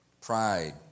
pride